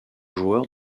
joueur